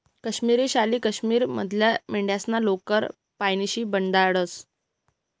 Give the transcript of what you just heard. काश्मिरी शाली काश्मीर मधल्या मेंढ्यास्ना लोकर पाशीन बनाडतंस